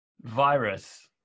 Virus